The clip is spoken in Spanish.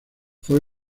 fue